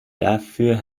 dafür